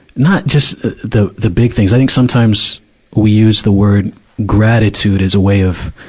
not just the, the big things. i think sometimes we use the word gratitude as a way of,